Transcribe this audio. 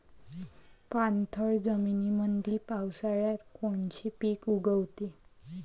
पाणथळ जमीनीमंदी पावसाळ्यात कोनचे पिक उगवते?